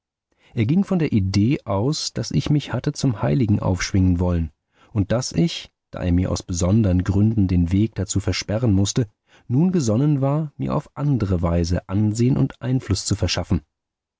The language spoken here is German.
er ging von der idee aus daß ich mich hatte zum heiligen aufschwingen wollen und daß ich da er mir aus besondern gründen den weg dazu versperren mußte nun gesonnen war mir auf andere weise ansehn und einfluß zu verschaffen